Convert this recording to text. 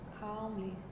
calmly